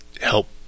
help